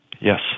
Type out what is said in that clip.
Yes